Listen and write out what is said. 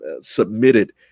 submitted